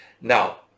Now